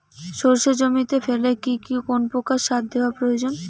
সর্ষে জমিতে ফেলে কি কোন প্রকার সার দেওয়া প্রয়োজন?